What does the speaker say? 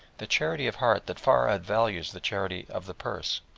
the charity of heart that far outvalues the charity of the purse.